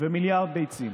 ומיליארד ביצים